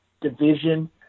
division